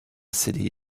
city